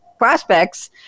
prospects